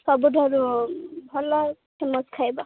ସବୁଠାରୁ ଭଲ ଫେମସ୍ ଖାଇବା